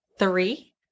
Three